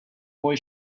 boy